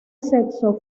sexo